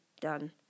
done